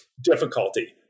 difficulty